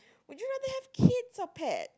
would you rather have kids or pet